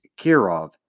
Kirov